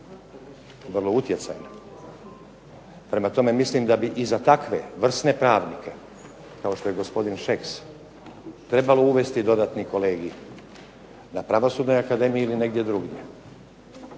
vrlo utjecajna. Prema tome, mislim da bi i za takve vrsne pravnike kao što je gospodin Šeks trebalo uvesti dodatni kolegij na Pravosudnoj akademiji ili negdje drugdje